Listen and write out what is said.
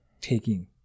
taking